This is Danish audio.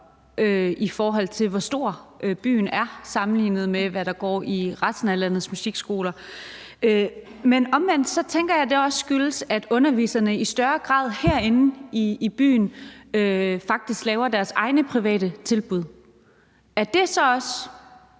i forhold til hvor stor byen er, sammenlignet med hvor mange der går i resten af landets musikskoler. Men omvendt tænker jeg, det også skyldes, at underviserne i større grad herinde i byen faktisk laver deres egne private tilbud. Er det så også